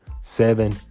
Seven